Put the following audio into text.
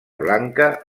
blanca